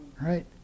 right